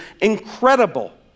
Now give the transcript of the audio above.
incredible